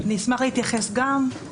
לא צריכות להיות